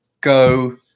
Go